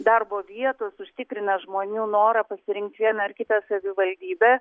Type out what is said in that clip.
darbo vietos užtikrina žmonių norą pasirinkt vieną ar kitą savivaldybę